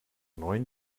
neun